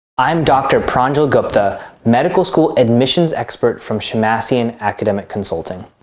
i'm dr. pranjal gupta, medical school admissions expert from shemmassian academic consulting.